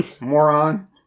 Moron